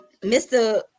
Mr